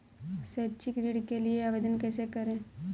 शैक्षिक ऋण के लिए आवेदन कैसे करें?